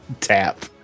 tap